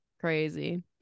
Crazy